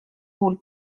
rôle